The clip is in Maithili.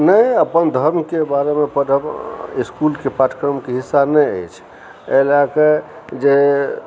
नै अपन धर्मके बारेमे पढ़ब इसकुलके पाठ्यक्रमके हिस्सा नहि अछि एहि लऽ कऽ जे